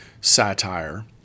satire